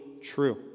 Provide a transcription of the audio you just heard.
true